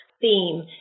theme